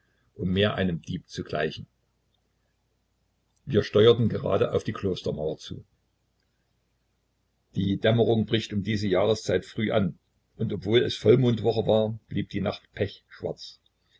um mehr einem diebe zu gleichen wir steuerten gerade auf die klostermauer zu die dämmerung bricht um diese jahreszeit früh an und obwohl es vollmondwoche war blieb die nacht